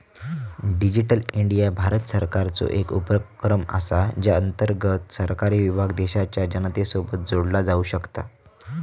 digital India Bharat सरकारचो एक उपक्रम असा ज्या अंतर्गत सरकारी विभाग देशाच्या जनतेसोबत जोडला जाऊ शकता